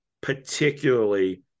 particularly